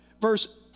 Verse